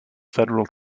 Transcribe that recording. federal